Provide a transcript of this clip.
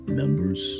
members